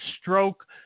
stroke